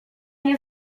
nie